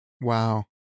Wow